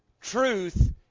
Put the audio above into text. truth